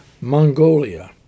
Mongolia